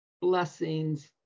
Blessings